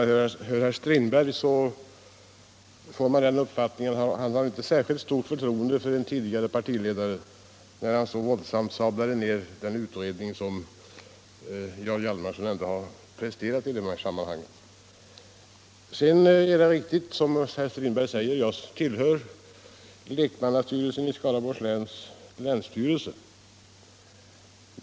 Herr talman! Man får den uppfattningen att herr Strindberg inte har särskilt stort förtroende för den tidigare partiledaren, eftersom han så våldsamt sablade ned den utredning som Jarl Hjalmarson har presterat i detta sammanhang. Det är riktigt, som herr Strindberg säger, att jag tillhör lekmannastyrelsen i Skaraborgs läns länsstyrelse.